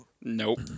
Nope